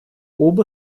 оба